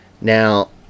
Now